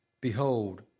Behold